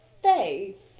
faith